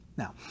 Now